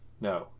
No